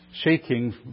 shaking